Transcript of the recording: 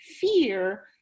fear